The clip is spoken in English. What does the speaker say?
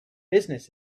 business